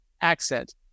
accent